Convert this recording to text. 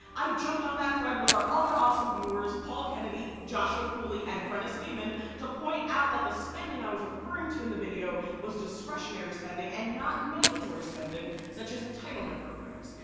i jumped on that thread with our other awesome viewers paul kennedy, joshua cooley, and frennis daemon to point out that the spending i was referring to in the video was discretionary spending and not mandatory spending such as entitlement programs.